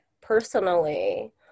personally